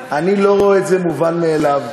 אני לא רואה את זה כמובן מאליו.